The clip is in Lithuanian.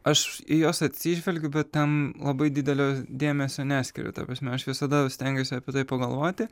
aš į juos atsižvelgiu bet tam labai didelio dėmesio neskiriu ta prasme aš visada stengiuosi apie tai pagalvoti